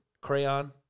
crayon